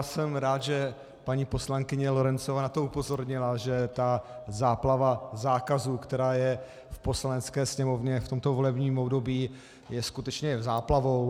Jsem rád, že paní poslankyně Lorencová na to upozornila, že záplava zákazů, která je v Poslanecké sněmovně v tomto volebním období, je skutečně záplavou.